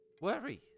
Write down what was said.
worry